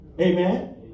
Amen